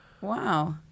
Wow